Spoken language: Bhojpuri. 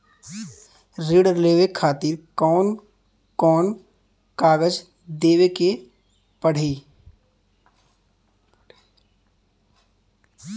ऋण लेवे के खातिर कौन कोन कागज देवे के पढ़ही?